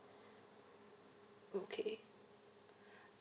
okay